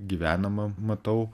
gyvenama matau